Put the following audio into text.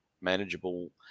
manageable